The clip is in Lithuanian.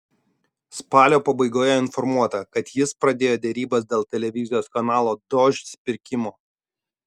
spalio pabaigoje informuota kad jis pradėjo derybas dėl televizijos kanalo dožd pirkimo